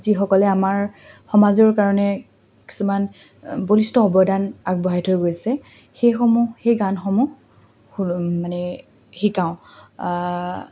যিসকলে আমাৰ সমাজৰ কাৰণে কিছুমান বলিষ্ঠ অৱদান আগবঢ়াই থৈ গৈছে সেইসমূহ সেই গানসমূহ মানে শিকাওঁ